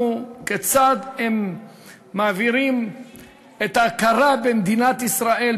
כיצד הם מעבירים את ההכרה במדינת ישראל,